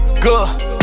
good